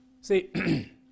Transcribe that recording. See